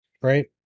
Right